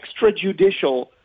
extrajudicial